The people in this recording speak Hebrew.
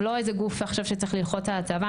אנחנו לא איזה גוף עכשיו שצריך ללחוץ על הצבא.